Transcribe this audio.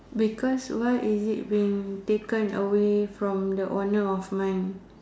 because why is it being taken away from the owner of mine